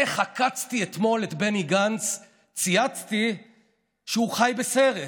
איך עקצתי אתמול את בני גנץ, צייצתי שהוא חי בסרט.